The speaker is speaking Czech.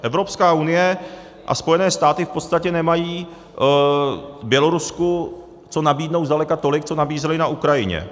Evropská unie a Spojené státy v podstatě nemají Bělorusku co nabídnout, zdaleka ne tolik, co nabízeli na Ukrajině.